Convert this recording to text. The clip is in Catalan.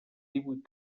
divuit